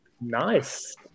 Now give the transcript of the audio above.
Nice